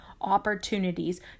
opportunities